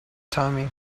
timing